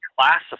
classified